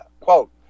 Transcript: quote